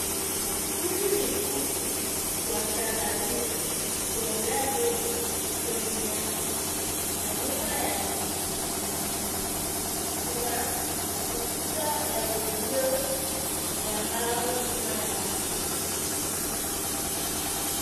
Huyu ni kuku wa kahawia akitembea mbele kwenye nyasi na nyuma yake kuna ua. Kuna ukuta wa uzio ya mbao nyuma yake